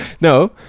No